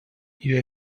you